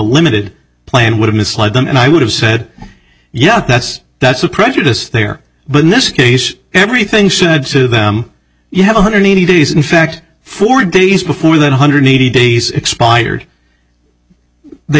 limited plan would have misled them and i would have said yeah that's that's a prejudice there but in this case everything said to them you have a hundred eighty days in fact four days before that one hundred eighty days expired they